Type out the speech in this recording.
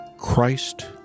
christ